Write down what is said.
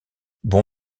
bon